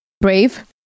brave